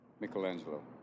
Michelangelo